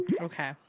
Okay